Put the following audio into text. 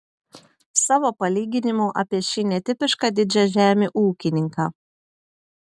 savo palyginimu apie šį netipišką didžiažemį ūkininką